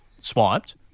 swiped